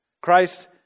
Christ